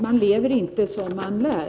Man lever inte som man lär.